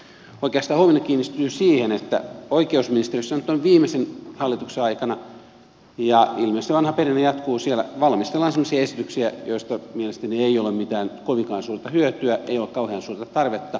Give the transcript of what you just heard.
oikeastaan huomioni kiinnittyy siihen että oikeusministeriössä nyt viimeisimmän hallituksen aikana ja ilmeisesti vanha perinne jatkuu siellä valmistellaan semmoisia esityksiä joista mielestäni ei ole mitään kovinkaan suurta hyötyä ei ole kauhean suurta tarvetta